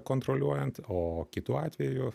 kontroliuojant o kitu atveju